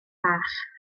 bach